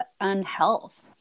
unhealth